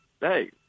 hey